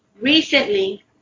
Recently